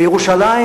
ירושלים